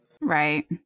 right